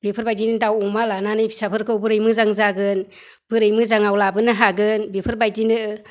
बेफोरबायदिनो दाउ अमा लानानै फिसाफोरखौ बोरै मोजां जागोन बोरै मोजांआव लाबोनो हागोन बेफोरबायदिनो